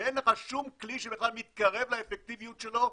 ואין לך שום כלי שבכלל מתקרב לאפקטיביות שלו,